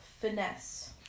finesse